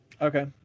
Okay